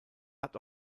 hat